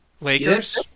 Lakers